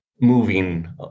moving